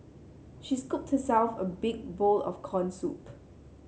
she scooped herself a big bowl of corn soup